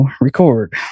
record